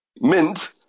Mint